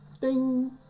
ding